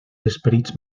esperits